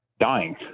dying